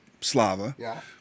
Slava